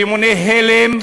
ברימוני הלם,